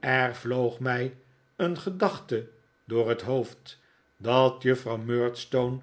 er vloog mij een gedachte door het hoofd dat juffrouw murdstone